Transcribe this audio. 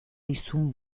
dizun